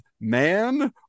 Man